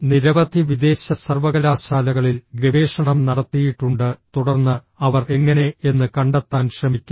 നിരവധി വിദേശ സർവകലാശാലകളിൽ ഗവേഷണം നടത്തിയിട്ടുണ്ട് തുടർന്ന് അവർ എങ്ങനെ എന്ന് കണ്ടെത്താൻ ശ്രമിക്കുന്നു